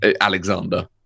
alexander